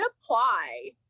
apply